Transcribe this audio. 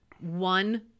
one